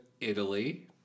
Italy